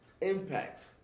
Impact